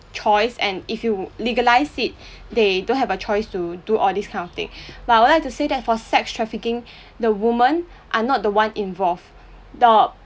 choice and if you legalize it they do have a choice to do all this kind of thing but I would like to say that for sex trafficking the women are not the one involved the